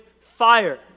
fire